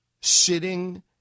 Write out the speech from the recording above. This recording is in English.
sitting